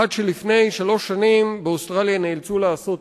עד שלפני שלוש שנים באוסטרליה נאלצו לעשות